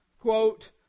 quote